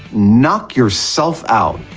knock yourself out.